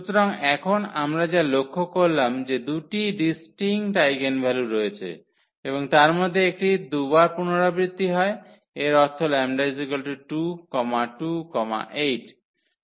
সুতরাং এখন আমরা যা লক্ষ্য করলাম যে দুটি ডিস্টিঙ্কট আইগেনভ্যালু রয়েছে এবং তার মধ্যে একটি 2 বার পুনরাবৃত্তি হয় এর অর্থ 𝜆 2 2 8